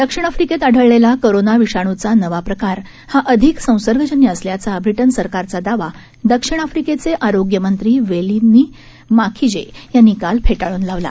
दक्षिणआफ्रिकेतआढळलेलाकोरोनाविषाण्चानवाप्रकारहाअधिकसंसर्गजन्यअसल्याचाब्रिटनसरकारचादावा दक्षिणआफ्रिकेचेआरोग्यमंत्रीवेलींनीमाखीजेयांनीकालफेटाळ्नलावला